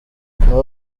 nubwo